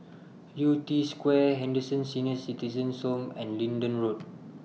Yew Tee Square Henderson Senior Citizens' Home and Leedon Road